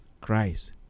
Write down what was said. Christ